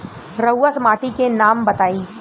रहुआ माटी के नाम बताई?